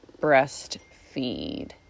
breastfeed